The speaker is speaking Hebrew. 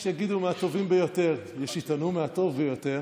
יש שיגידו מהטובים ביותר, יש שיטענו מהטוב ביותר,